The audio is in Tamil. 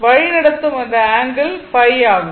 வழிநடத்தும் அந்த ஆங்கிள் ϕ ஆகும்